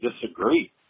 disagree